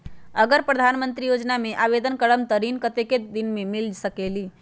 अगर प्रधानमंत्री योजना में आवेदन करम त ऋण कतेक दिन मे मिल सकेली?